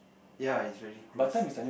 ya it's very close